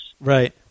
right